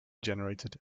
generated